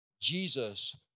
Jesus